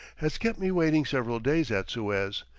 has kept me waiting several days at suez,